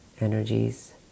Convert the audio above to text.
energies